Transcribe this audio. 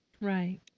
Right